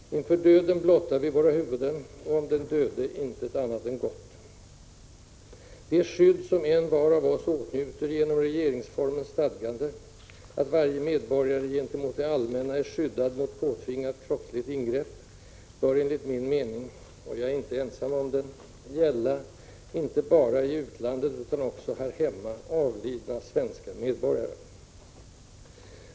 Inför döden blottar vi våra huvuden, och om den döde intet annat än gott. Det skydd som envar av oss åtnjuter genom regeringsformens stadgande, att varje medborgare gentemot ”det allmänna” är skyddad mot påtvingat kroppsligt ingrepp bör enligt min mening — och jag är inte ensam om den — gälla inte bara i utlandet utan också här hemma ”avlidna svenska medborgare”.